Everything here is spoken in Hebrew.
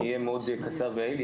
אני אהיה מאוד קצר ויעיל,